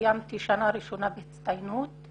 סיימתי שנה ראשונה בהצטיינות,